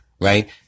right